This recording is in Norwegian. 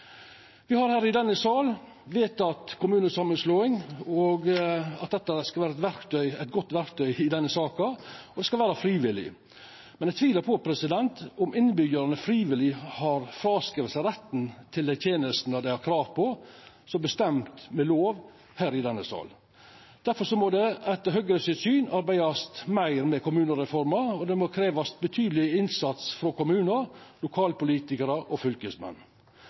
også opposisjonen her i Stortinget i større grad. Me har i denne salen vedteke kommunesamanslåing, som skal vera eit godt verktøy i denne saka, og som skal vera frivillig, men eg tvilar på om alle innbyggjarane frivillig har fråskrive seg retten til dei tenestene dei har krav på, bestemd ved lov i denne salen. Difor må ein, etter Høgres syn, arbeida meir med kommunereforma, og ein må krevja betydeleg innsats frå kommunar, lokalpolitikarar og fylkesmenn.